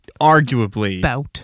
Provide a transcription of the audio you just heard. arguably